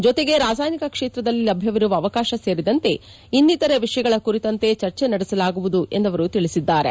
ಜೊತೆಗೆ ರಾಸಾಯನಿಕ ಕ್ಷೇತ್ರದಲ್ಲಿ ಲಭ್ಯವಿರುವ ಅವಕಾಶ ಸೇರಿದಂತೆ ಇನ್ನಿತರೆ ವಿಷಯಗಳ ಕುರಿತಂತೆ ಚರ್ಚೆ ನಡೆಸಲಾಗುವುದು ಎಂದು ಅವರು ತಿಳಿಸಿದ್ದಾರೆ